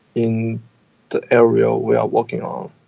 in the area we are working on.